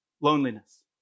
Loneliness